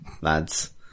lads